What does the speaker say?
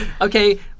Okay